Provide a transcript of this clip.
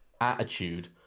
attitude